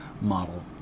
model